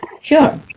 Sure